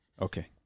Okay